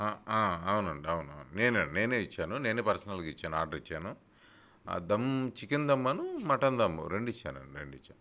అవును అండి అవును అవును నేను అండి నేను ఇచ్చాను నేను పర్సనల్గా ఇచ్చాను ఆర్డర్ ఇచ్చాను దమ్ చికెన్ దమ్ అని మటన్ దమ్ రెండు ఇచ్చాను అండి రెండు ఇచ్చాను